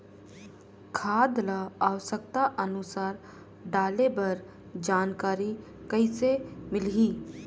खाद ल आवश्यकता अनुसार डाले बर जानकारी कइसे मिलही?